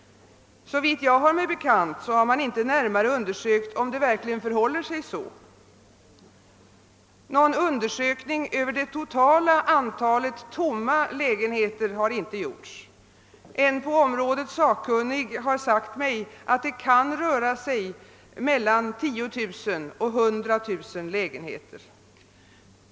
Såvitt jag har mig bekant har man emellertid inte närmare undersökt, om det verkligen förhåller sig så. Någon undersökning över det totala antalet tomma lägenheter har inte gjorts; en på området sakkunnig har sagt mig, att det kan röra sig om mellan 10 000 och 100 000 lägenheter.